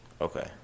Okay